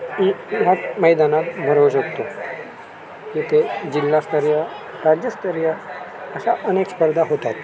ही ह्या मैदानात भरवू शकतो इथे जिल्हास्तरीय राज्यस्तरीय अशा अनेक स्पर्धा होतात